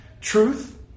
Truth